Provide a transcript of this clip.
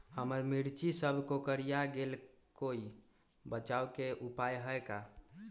हमर मिर्ची सब कोकररिया गेल कोई बचाव के उपाय है का?